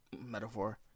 metaphor